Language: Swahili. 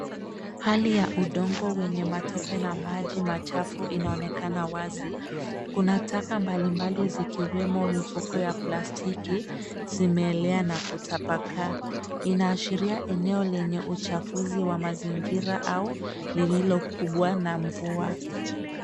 Hali ya udongo wenye matope na maji machafu inaonekana wazi. Kuna takataka mbalimbali zikiwemo mifuko ya plastiki zimeelea na kutapakaa. Inaashiria eneo lenye uchafuzi wa mazingira au lililokumbwa na mvua.